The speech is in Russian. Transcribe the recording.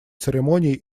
церемонии